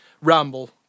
ramble